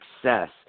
success